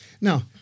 Now